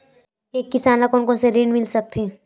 एक किसान ल कोन कोन से ऋण मिल सकथे?